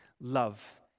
love